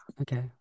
Okay